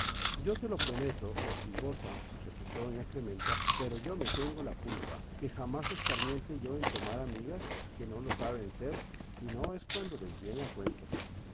yo te lo prometo hortigosa replicó doña clementa pero yo me tengo la culpa que jamás escarmiente yo en tomar amigas que no lo saben ser si no es cuando les viene a cuento